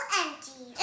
empty